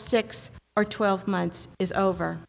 six or twelve months is over